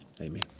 Amen